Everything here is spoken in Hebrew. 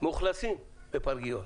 מאוכלסים בפרגיות.